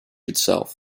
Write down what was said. itself